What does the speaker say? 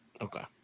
Okay